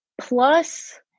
plus